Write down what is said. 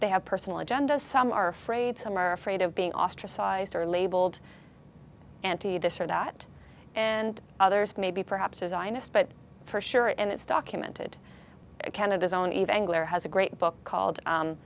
they have personal agendas some are afraid some are afraid of being ostracized or labeled anti this or that and others maybe perhaps design a spec for sure and it's documented canada's own even has a great book called